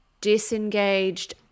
disengaged